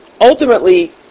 ultimately